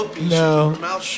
No